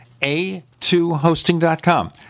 A2hosting.com